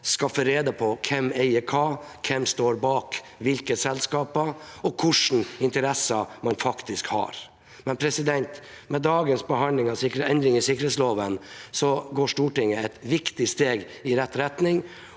å få rede på hvem som eier hva, hvem som står bak hvilke selskaper, og hvilke interesser man faktisk har. Med dagens behandling av endringer i sikkerhetsloven går Stortinget et viktig steg i rett retning,